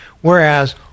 Whereas